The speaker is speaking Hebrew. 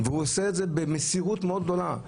והוא עושה את זה במסירות מאוד גדולה,